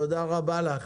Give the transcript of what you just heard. תודה רבה לך.